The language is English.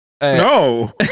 No